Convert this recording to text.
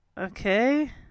okay